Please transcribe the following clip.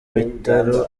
bitaro